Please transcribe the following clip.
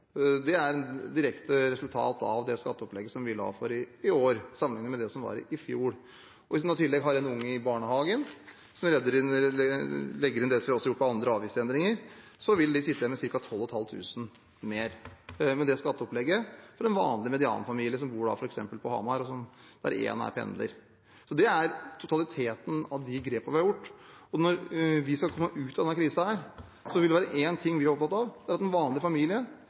Det er et direkte resultat av det skatteopplegget vi la for i år, sammenlignet med det som var i fjor. Hvis en i tillegg har en unge i barnehagen og legger inn det vi også har gjort på andre avgiftsendringer, vil en vanlig medianfamilie som bor f.eks. på Hamar og der én er pendler, sitte igjen med ca. 12 500 kr med skatteopplegget vårt. Det er totaliteten av de grepene vi har gjort. Når vi skal komme ut av denne krisen her, vil det være én ting vi er opptatt av, og det er at en vanlig familie